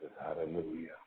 hallelujah